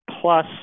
plus